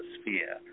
sphere